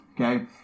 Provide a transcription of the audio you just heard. Okay